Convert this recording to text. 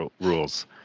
rules